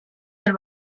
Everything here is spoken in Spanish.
del